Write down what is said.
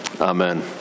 amen